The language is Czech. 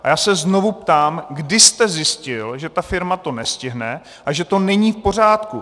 A já se znovu ptám, kdy jste zjistil, že ta firma to nestihne a že to není v pořádku.